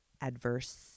Adverse